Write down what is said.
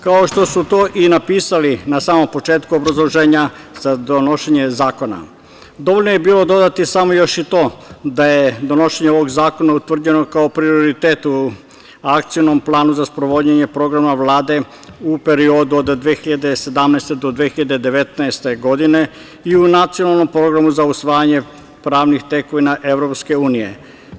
Kao što su to i napisali na samom početku obrazloženja za donošenje zakona, dovoljno je bilo dodati samo još i to da je donošenje ovog zakona utvrđeno kao prioritet u Akcionom planu za sprovođenje programa Vlade u periodu od 2017. do 2019. godine i u Nacionalnom programu za usvajanje pravnih tekovina Evropske unije.